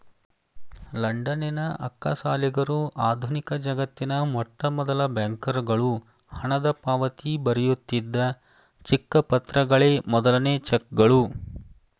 ಲಂಡನ್ನಿನ ಅಕ್ಕಸಾಲಿಗರು ಆಧುನಿಕಜಗತ್ತಿನ ಮೊಟ್ಟಮೊದಲ ಬ್ಯಾಂಕರುಗಳು ಹಣದಪಾವತಿ ಬರೆಯುತ್ತಿದ್ದ ಚಿಕ್ಕ ಪತ್ರಗಳೇ ಮೊದಲನೇ ಚೆಕ್ಗಳು